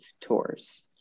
tours